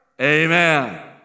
Amen